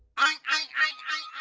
i